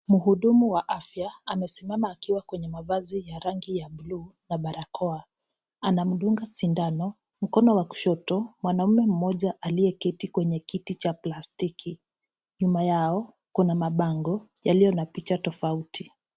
Mhudumu wa afya amesimama akiwa kwenye mavazi ya rangi ya buluu na barakoa. Anamdunga sindano, mkono wa kushoto, mwanaume mmoja aliyeketi kwenye kiti cha plastiki. Nyuma yao, kuna mabango yaliyo na picha tofauti.